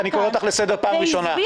אני קורא אותך לסדר פעם ראשונה.